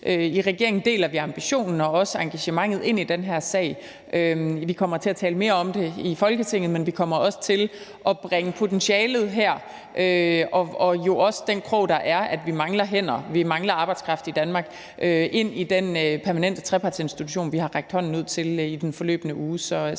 I regeringen deler vi ambitionen og også engagementet i den her sag. Vi kommer til at tale mere om det i Folketinget, men vi kommer også til at bringe potentialet her og jo også den krog, der er, at vi mangler hænder, at vi mangler arbejdskraft i Danmark, ind i den permanente trepartsinstitution, vi har rakt hånden ud til i den forløbne uge.